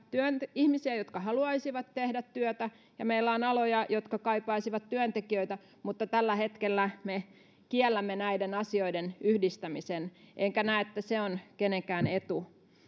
ihmisiä jotka haluaisivat tehdä työtä ja meillä on aloja jotka kaipaisivat työntekijöitä mutta tällä hetkellä me kiellämme näiden asioiden yhdistämisen enkä näe että se on kenenkään etu